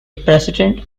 president